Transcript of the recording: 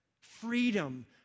Freedom